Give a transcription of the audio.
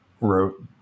wrote